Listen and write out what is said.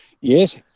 Yes